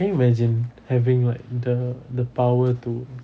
can you imagine having like the the power to